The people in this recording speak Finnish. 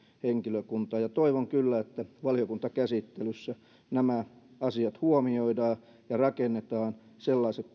henkilökuntaa toivon kyllä että valiokuntakäsittelyssä nämä asiat huomioidaan ja rakennetaan sellaiset